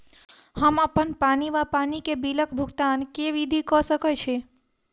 हम्मर अप्पन पानि वा पानि बिलक भुगतान केँ विधि कऽ सकय छी?